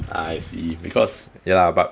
I see because ya lah but